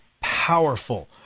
powerful